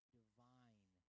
divine